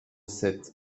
sept